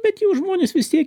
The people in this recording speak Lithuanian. bet jau žmonės vis tiek